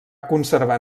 conservar